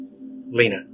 Lena